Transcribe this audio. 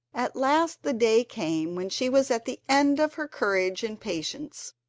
at last the day came when she was at the end of her courage and patience,